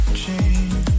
change